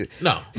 No